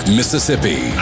Mississippi